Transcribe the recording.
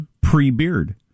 pre-beard